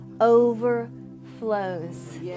overflows